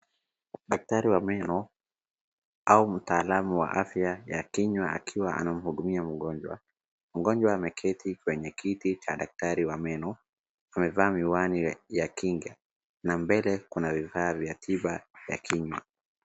Daktari wa meno au mtaalamu wa afya ya kinywa akiwa anamhudumia mgonjwa. Mgonjwa ameketi kwenye kiti cha daktari wa meno, amevaa miwani ya kinga na mbele kuna vifaa vya tiba ya kinywa.